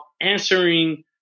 answering